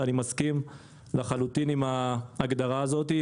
ואני מסכים לחלוטין עם ההגדרה הזאת.